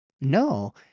No